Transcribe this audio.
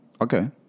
Okay